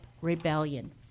Rebellion